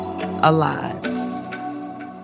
alive